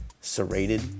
serrated